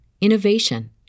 innovation